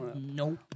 Nope